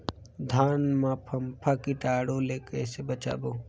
धान मां फम्फा कीटाणु ले कइसे बचाबो?